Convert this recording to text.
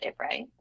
right